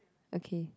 okay